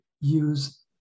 use